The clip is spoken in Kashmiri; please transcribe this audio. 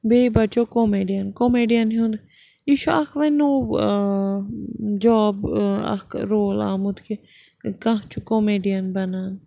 بیٚیہِ بَچو کوٚمیڈِیَن کوٚمیڈِیَن ہُنٛد یہِ چھُ اَکھ وۄنۍ نوٚو جاب اَکھ رول آمُت کہِ کانٛہہ چھُ کوٚمیڈِیَن بَنان